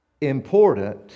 important